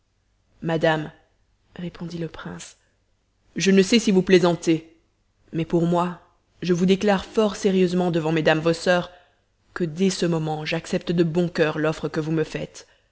madame répondit le prince je ne sais si vous plaisantez mais pour moi je vous déclare fort sérieusement devant mesdames vos soeurs que dès ce moment j'accepte de bon coeur l'offre que vous me faites